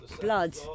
Blood